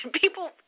people